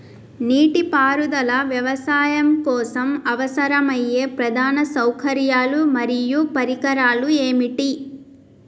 నీటిపారుదల వ్యవసాయం కోసం అవసరమయ్యే ప్రధాన సౌకర్యాలు మరియు పరికరాలు ఏమిటి?